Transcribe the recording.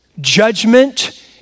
judgment